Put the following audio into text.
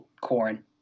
corn